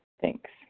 thanks